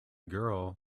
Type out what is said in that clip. girl